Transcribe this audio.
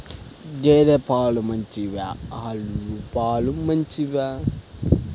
గేద పాలు మంచివా ఆవు పాలు మంచివా?